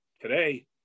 Today